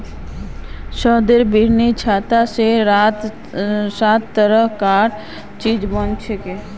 शहदेर बिन्नीर छात स सात तरह कार चीज बनछेक